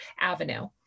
avenue